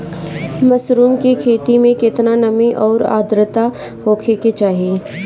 Mushroom की खेती में केतना नमी और आद्रता होखे के चाही?